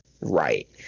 right